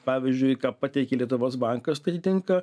pavyzdžiui ką pateikė lietuvos bankas tai tinka